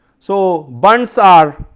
so, bunds are